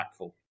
impactful